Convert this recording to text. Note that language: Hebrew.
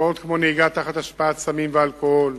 תופעות כמו נהיגה תחת השפעת סמים ואלכוהול,